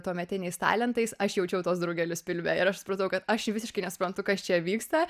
tuometiniais talentais aš jaučiau tuos drugelius pilve ir aš supratau kad aš visiškai nesuprantu kas čia vyksta